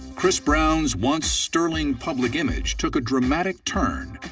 chris brown's once sterling public image took a dramatic turn,